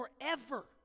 forever